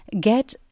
get